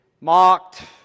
mocked